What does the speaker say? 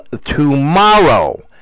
tomorrow